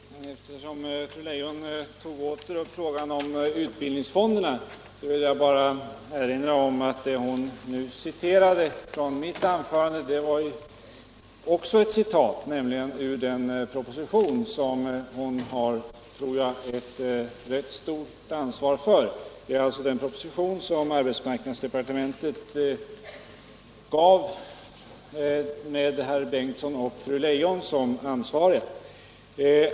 Herr talman! Eftersom fru Leijon åter tog upp frågan om utbildningsfonderna, vill jag bara erinra om att det hon nu citerade från mitt anförande också i sin tur var ett citat, nämligen ur den proposition som hon har, tror jag, ett rätt stort ansvar för. Det gäller alltså den proposition som arbetsmarknadsdepartementet utarbetat med herr Ingemund Bengtsson och fru Leijon som ansvariga.